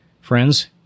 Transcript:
Friends